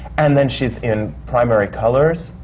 and then she's in primary colors,